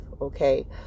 Okay